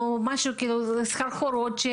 חנק או סחרחורת.